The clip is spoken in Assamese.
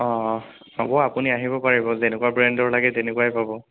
অঁ হ'ব আপুনি আহিব পাৰিব যেনেকুৱা ব্ৰেণ্ডৰ লাগে তেনেকুৱাই পাব